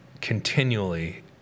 continually